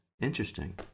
Interesting